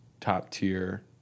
top-tier